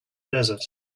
desert